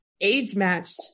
age-matched